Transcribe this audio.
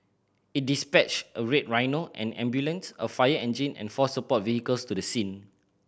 it dispatched a Red Rhino an ambulance a fire engine and four support vehicles to the scene